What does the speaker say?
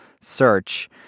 search